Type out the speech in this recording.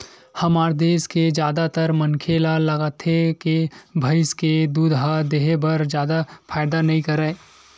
हमर देस के जादातर मनखे ल लागथे के भइस के दूद ह देहे बर जादा फायदा नइ करय